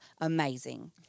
Amazing